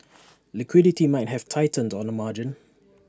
liquidity might have tightened on the margin